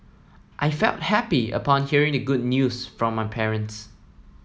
I felt happy upon hearing the good news from my parents